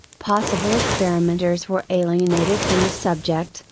possible experimenters were alienated from the subject,